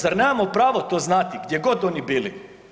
Zar nemamo pravo to znati, gdje god oni bili?